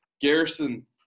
Garrison